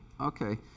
Okay